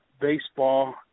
baseball